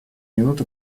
минут